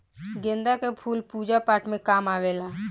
गेंदा के फूल पूजा पाठ में काम आवेला